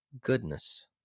goodness